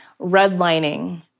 Redlining